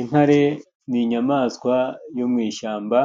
Intare ni inyamaswa yo mu ishyamba